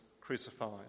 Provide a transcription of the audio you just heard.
crucified